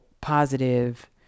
positive